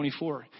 24